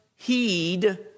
Heed